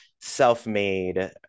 self-made